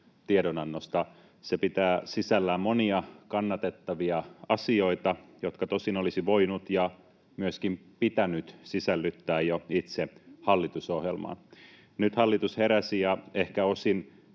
tiedonannosta. Se pitää sisällään monia kannatettavia asioita, jotka tosin olisi voinut ja myöskin pitänyt sisällyttää jo itse hallitusohjelmaan. Nyt hallitus heräsi, ehkä osin